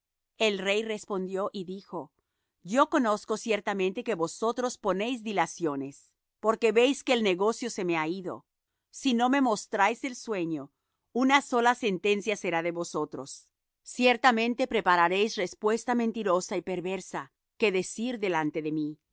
el rey respondió y dijo yo conozco ciertamente que vosotros ponéis dilaciones porque veis que el negocio se me ha ido si no me mostráis el sueño una sola sentencia será de vosotros ciertamente preparáis respuesta mentirosa y perversa que decir delante de mí